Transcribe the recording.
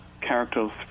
character's